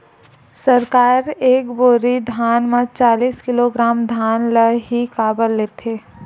सरकार एक बोरी धान म चालीस किलोग्राम धान ल ही काबर लेथे?